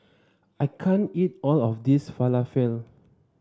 I can't eat all of this Falafel